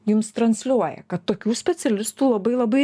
jums transliuoja kad tokių specialistų labai labai